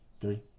three